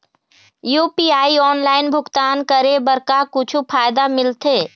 UPI online भुगतान करे बर का कुछू फायदा मिलथे?